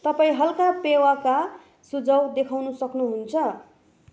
तपाईँ हल्का पेयका सुझाउ देखाउनु सक्नुहुन्छ